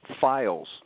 files